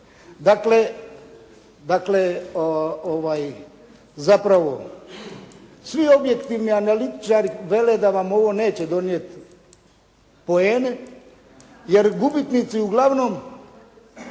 Dakle, zapravo svi objektivni analitičari vele da vam ovo neće donijeti poene, jer gubitnici uglavnom